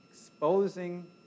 exposing